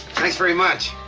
thanks very much.